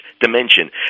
dimension